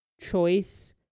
choice